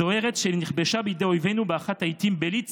זו ארץ שנכבשה בידי אויבינו באחת העיתים בלי צדק,